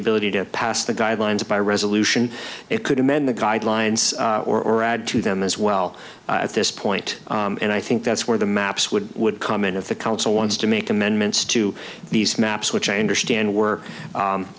ability to pass the guidelines by resolution it could amend the guidelines or add to them as well at this point and i think that's where the maps would would comment if the council wants to make amendments to these maps which i understand were